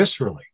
viscerally